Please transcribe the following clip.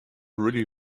really